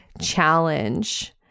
challenge